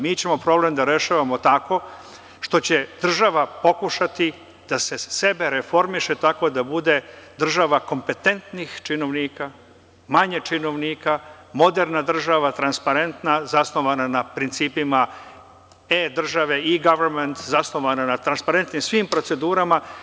Mi ćemo problem da rešavamo tako što će država pokušati da sebe reformiše tako da bude država kompetentnih činovnika, manje činovnika, moderna država, transparentna, zasnovana na principima „e“ države, i „gavement“, zasnovana na transparentnim svim procedurama.